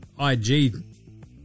IG